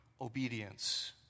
obedience